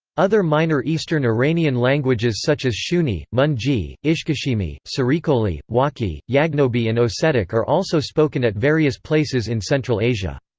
other minor eastern iranian languages such as shughni, munji, ishkashimi, sarikoli, wakhi, yaghnobi and ossetic are also spoken at various places in central asia.